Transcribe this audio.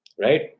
Right